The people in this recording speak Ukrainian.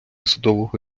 судового